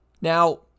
Now